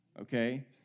okay